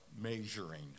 measuring